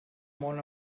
món